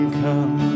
come